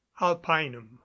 alpinum